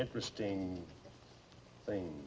interesting things